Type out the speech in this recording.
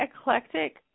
eclectic